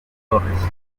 torres